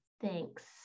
Thanks